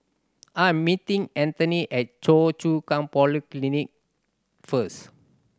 I am meeting Antione at Choa Chu Kang Polyclinic first